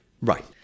Right